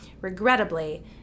regrettably